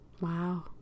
Wow